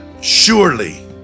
surely